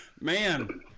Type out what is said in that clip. Man